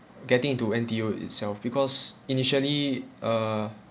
getting into N_T_U itself because initially uh